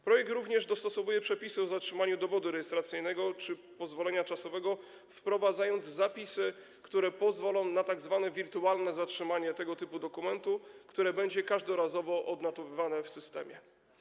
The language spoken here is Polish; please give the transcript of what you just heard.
Projekt dostosowuje również przepisy o zatrzymaniu dowodu rejestracyjnego czy pozwolenia czasowego, wprowadzając zapisy, które pozwolą na tzw. wirtualne zatrzymanie tego typu dokumentu, które będzie każdorazowo odnotowywane w systemie.